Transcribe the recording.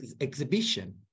exhibition